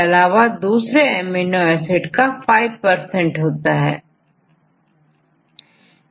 यदि20 amino acid randomly distributed है तो प्रत्येक रेसिड्यू का परसेंटेज कितना होगा